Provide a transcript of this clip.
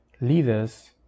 leaders